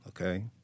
Okay